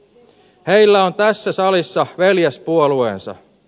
heillä on tässä salissa veljespuolueensa